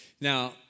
Now